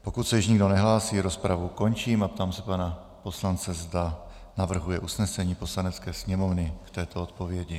Pokud se již nikdo nehlásí, rozpravu končím a ptám se pana poslance, zda navrhuje usnesení Poslanecké sněmovny k této odpovědi.